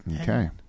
Okay